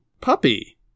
puppy